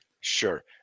Sure